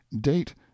Date